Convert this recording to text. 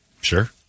sure